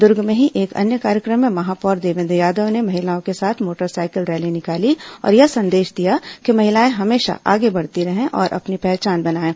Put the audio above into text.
दूर्ग में ही एक अन्य कार्यक्रम में महापौर देवेन्द्र यादव ने महिलाओं के साथ मोटरसाइकिल रैली निकाली और यह संदेश दिया कि महिलाए हमेशा आगे बढ़ती रहें और अपनी पहचान बनाएं